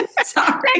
Sorry